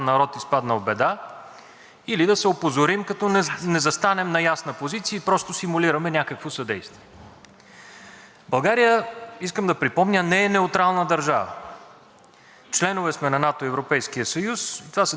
България, искам да припомня, не е неутрална държава. Членове сме на НАТО и Европейския съюз. Това са два съюза, подписали договори помежду си да бранят в рамките на своите общества и глобално определен набор от ценностни разбирания.